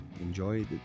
enjoy